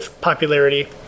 popularity